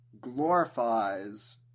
glorifies